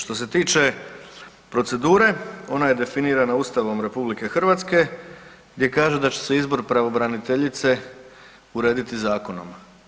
Što se tiče procedure, ona je definirana Ustavom RH gdje kaže da će se izbor pravobraniteljice urediti zakonom.